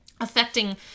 affecting